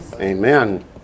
Amen